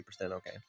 okay